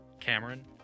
Cameron